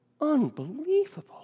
Unbelievable